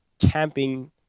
camping